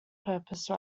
purpose